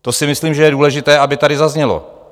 To si myslím, že je důležité, aby tady zaznělo.